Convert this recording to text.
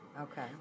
Okay